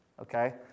okay